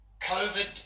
COVID